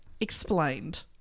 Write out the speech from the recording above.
explained